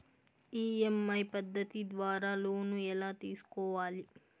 EMI పద్ధతి ద్వారా loan ఎలా తీసుకోవాలి